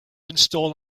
install